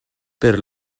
per